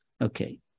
Okay